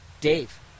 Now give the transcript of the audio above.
Dave